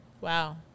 Wow